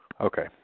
Okay